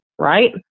right